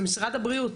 שלום.